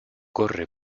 corre